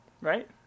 Right